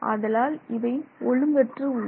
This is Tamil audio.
அதனால் இவை ஒழுங்கற்று உள்ளன